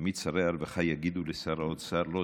תמיד שרי הרווחה יגידו לשר האוצר: לא,